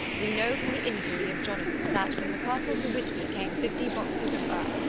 we know from the inquiry of jonathan that from the castle to whitby came fifty boxes of earth,